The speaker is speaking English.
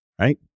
right